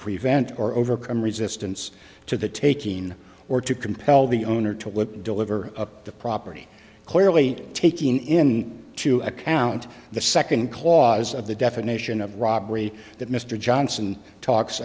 prevent or overcome resistance to the taking or to compel the owner to would deliver the property clearly taking in to account the second clause of the definition of robbery that mr johnson talks